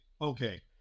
okay